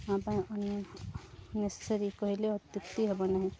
necessary କହିଲେ ଅତ୍ୟୁକ୍ତି ହେବ ନାହିଁ